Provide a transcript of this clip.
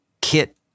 kit